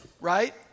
right